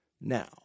now